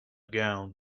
gown